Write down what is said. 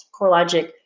CoreLogic